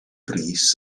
bris